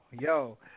yo